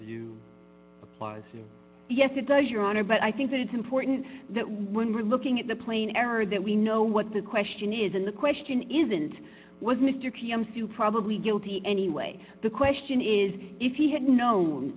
was yes it does your honor but i think that it's important that when we're looking at the plain error that we know what the question is and the question isn't was mr pm sue probably guilty anyway the question is if he had known